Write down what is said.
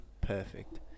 perfect